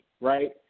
right